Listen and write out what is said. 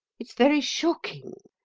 it's very shocking,